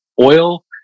oil